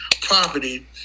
property